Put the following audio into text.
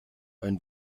ein